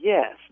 Yes